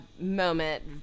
moment